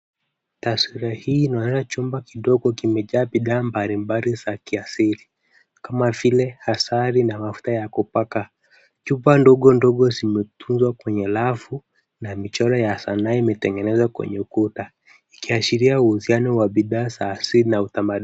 Taswira hii inaonyesha chumba kidogo kimejaa bidhaa mbali mbali za kiasili, kama vile asali na mafuta ya kupaka. Chupa ndogo ndogo zimetunzwa kwenye rafu, na michoro ya sanaa imetengenezwa kwenye ukuta, ikiashiria uhusiano wa bidhaa za asili na utamaduni.